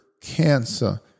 cancer